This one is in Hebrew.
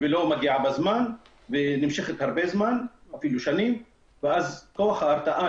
לא מגיעה בזמן, נמשכת הרבה זמן וכוח ההתרעה